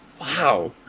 wow